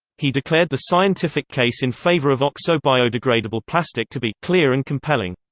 he declared the scientific case in favour of oxo-biodegradable plastic to be clear and compelling.